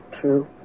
true